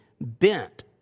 bent